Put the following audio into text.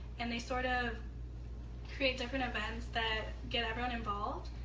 and they sort of create different events that get everyone involved.